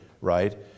right